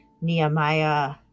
Nehemiah